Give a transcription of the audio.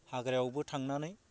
हाग्रायावबो थांनानै